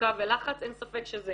מצוקה ולחץ, אין ספק שזה